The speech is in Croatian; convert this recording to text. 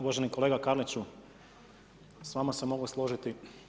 Uvaženi kolega Karliću, sa vama se mogu složiti.